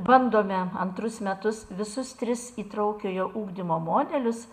bandome antrus metus visus tris įtraukiojo ugdymo modelius